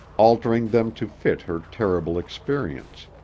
altering them to fit her terrible experience.